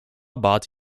bat